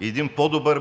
един по-добър